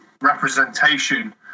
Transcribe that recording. representation